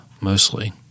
mostly